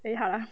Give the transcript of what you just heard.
very hard ah